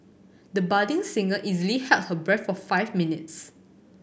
the budding singer easily held her breath for five minutes